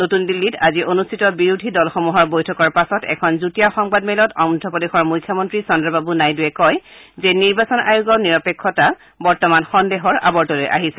নতুন দিল্লীত আজি অনুষ্ঠিত বিৰোধী দলসমূহৰ বৈঠকৰ পাছত এখন যুটীয়া সংবাদ মেলত অন্ধ্ৰ প্ৰদেশৰ মুখ্যমন্ত্ৰী চন্দ্ৰবাব্ নাইড়ৰে কয় যে নিৰ্বাচন আয়োগৰ নিৰপেক্ষতা সন্দেহৰ আৱৰ্তলৈ আহিছে